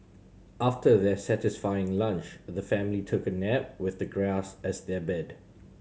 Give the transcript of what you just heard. after their satisfying lunch the family took a nap with the grass as their bed